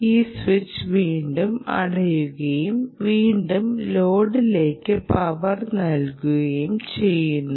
ഈ സ്വിച്ച് വീണ്ടും അടയ്ക്കുകയും വീണ്ടും ലോഡിലേക്ക് പവർ നൽകുകയും ചെയ്യുന്നു